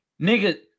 Nigga